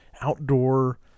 outdoor